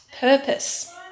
purpose